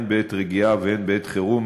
הן בעת רגיעה והן בעת חירום,